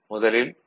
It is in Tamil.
முதலில் டி